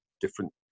different